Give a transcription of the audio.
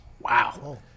Wow